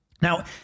Now